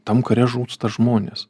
tam kare žūsta žmonės